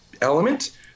element